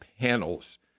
panels